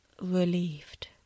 relieved